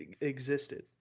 existed